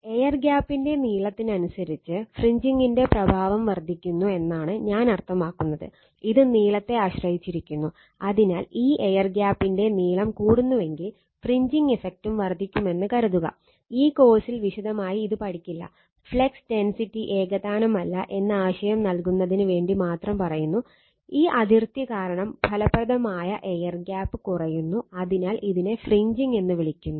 air ഗ്യാപ്പിൻറെ നീളത്തിനനുസരിച്ച് എന്ന് വിളിക്കുന്നു